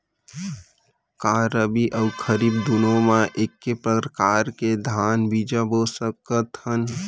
का रबि अऊ खरीफ दूनो मा एक्के प्रकार के धान बीजा बो सकत हन?